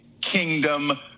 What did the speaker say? Kingdom